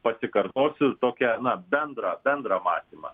pasikartosiu tokią bendrą bendrą matymą